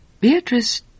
Beatrice